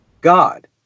God